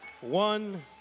One